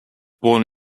born